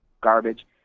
garbage